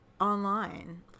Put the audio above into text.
online